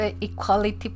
equality